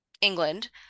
England